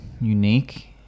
unique